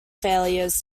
failures